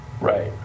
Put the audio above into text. right